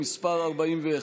די.